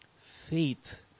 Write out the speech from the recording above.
faith